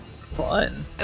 Fun